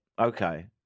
Okay